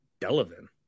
Delavan